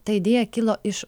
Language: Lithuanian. ta idėja kilo iš